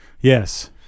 Yes